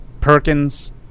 Perkins